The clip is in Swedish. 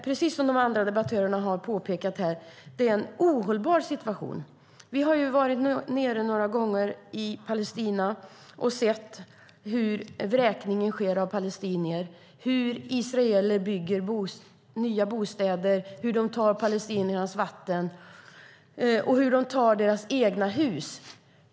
Precis som de andra debattörerna här har påpekat är det en ohållbar situation. Vi har varit i Palestina några gånger och sett hur vräkning av palestinier sker, hur israeler bygger nya bostäder och tar palestiniernas vatten och hur de tar deras egna hus.